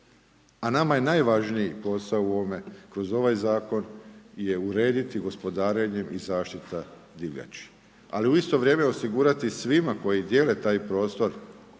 A nama je najvažniji posao kroz ovaj zakon je urediti gospodarenje i zaštita divljači. Ali i u isto vrijeme osigurati svima koji dijele taj prostor